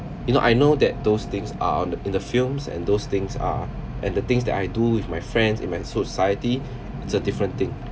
you know I know that those things are on the in the films and those things are and the things that I do with my friends in my society it's a different thing